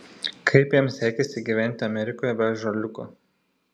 kaip jam sekėsi gyventi amerikoje be ąžuoliuko